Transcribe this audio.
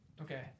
Okay